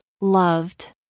loved